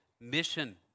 mission